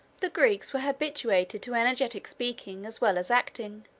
the greeks were habituated to energetic speaking as well as acting,